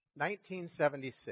1976